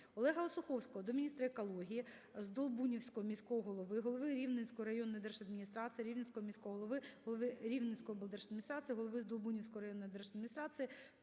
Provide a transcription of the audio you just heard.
ОлегаОсуховського до міністра екології, Здолбунівського міського голови, Голови Рівненської районної держадміністрації, Рівненського міського голови, Голови Рівненської облдержадміністрації, Голови Здолбунівської районної держадміністрації